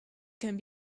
can